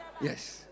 Yes